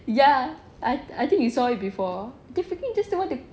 ya I I think you saw it before they freaking just don't want to